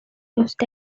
used